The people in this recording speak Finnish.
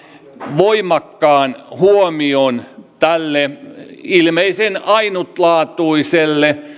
voimakkaan huomion tälle ilmeisen ainutlaatuiselle